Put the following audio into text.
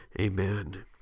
Amen